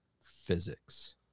physics